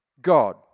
God